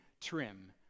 trim